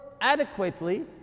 adequately